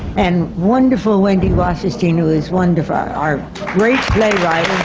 and wonderful wendy wasserstein, who is one of our our great playwrights.